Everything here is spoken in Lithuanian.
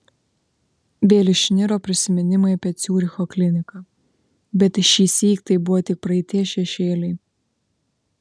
vėl išniro prisiminimai apie ciuricho kliniką bet šįsyk tai buvo tik praeities šešėliai